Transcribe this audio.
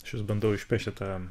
aš vis bandau išpešti tą